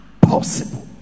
possible